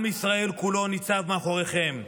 עם ישראל כולו ניצב מאחוריכם.